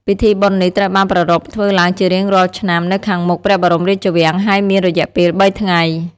ពិធីបុណ្យនេះត្រូវបានប្រារព្ធធ្វើឡើងជារៀងរាល់ឆ្នាំនៅខាងមុខព្រះបរមរាជវាំង ហើយមានរយៈពេលបីថ្ងៃ។